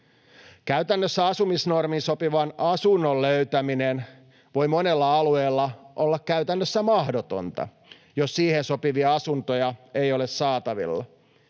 Käytännössä asumisnormiin sopivan asunnon löytäminen voi monella alueella olla käytännössä mahdotonta, jos siihen sopivia asuntoja ei ole saatavilla.